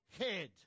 head